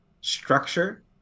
structure